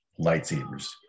lightsabers